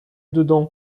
dedans